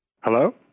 Hello